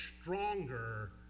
stronger